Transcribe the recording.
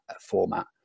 format